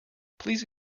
please